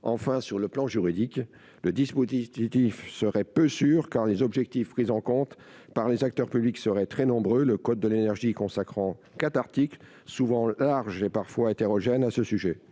enfin, sur le plan juridique, le dispositif serait peu sûr car les objectifs prise en compte par les acteurs publics seraient très nombreux le code de l'énergie, y consacrant cathartique souvent large et parfois hétérogènes à ce sujet,